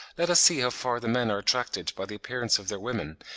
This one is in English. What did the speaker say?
let us see how far the men are attracted by the appearance of their women,